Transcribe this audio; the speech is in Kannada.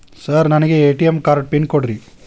ಸರ್ ನನಗೆ ಎ.ಟಿ.ಎಂ ಕಾರ್ಡ್ ಪಿನ್ ಕೊಡ್ರಿ?